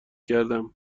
کردم